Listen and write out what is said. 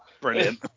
Brilliant